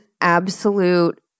absolute